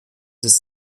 ist